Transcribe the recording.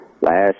last